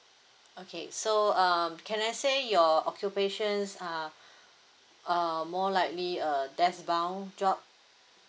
okay so um can I say your occupations err err more likely a desk bound job